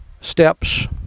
steps